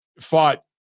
Fought